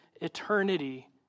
eternity